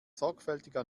sorgfältiger